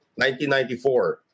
1994